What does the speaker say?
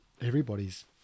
everybody's